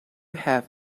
have